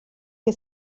que